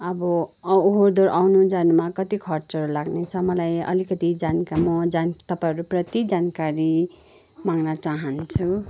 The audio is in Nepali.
अब औ ओहोर दोहोर आउनु जानुमा कति खर्चहरू लाग्ने छ मलाई अलिकति जानका म जान तपाईँहरूप्रति जानकारी माग्न चाहन्छु